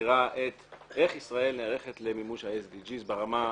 מגדירה איך ישראל נערכת למימוש ה- SDGs ברמה האסטרטגית,